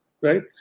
Right